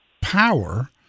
power